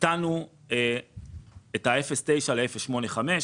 הקטנו את ה-0.9 ל-0.85,